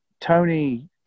Tony